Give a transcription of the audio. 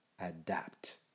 adapt